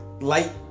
light